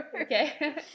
Okay